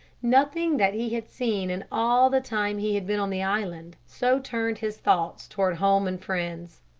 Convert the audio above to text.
nothing that he had seen in all the time he had been on the island so turned his thoughts toward home and friends.